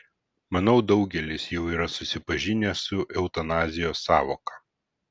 manau daugelis jau yra susipažinę su eutanazijos sąvoka